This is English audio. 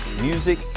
music